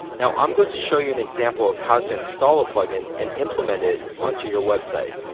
now, i'm going to show you an example of how to install a plugin and implement it onto your website.